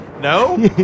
No